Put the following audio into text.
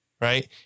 right